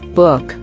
book